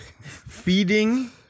Feeding